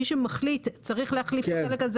מי שמחליט אם צריך להחליף את החלק הזה